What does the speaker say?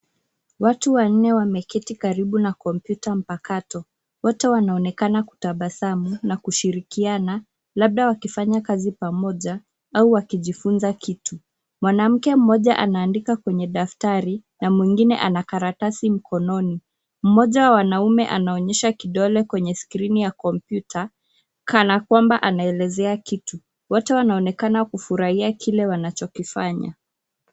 Watu wanne wameketi karibu na kompyuta mpakato. Wote wanaonekana kutabasamu na kushirikiana labda wakifanya kazi pamoja au wakijifunza kitu. Mwanamke mmoja anaandika kwenye daftari na mwingine ana karatasi mkononi. Mmoja wa wanaume anaonyesha kidole kwenye skrini ya kompyuta kana kwamba anaelezea kitu. Wote wanaonekana kufurahia kile wanachokifanya.